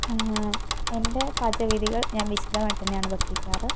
എൻ്റെ പാചകവിധികൾ ഞാൻ വിശദമായിട്ടു തന്നെയാണ് പഠിപ്പിക്കാറ്